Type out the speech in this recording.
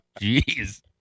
jeez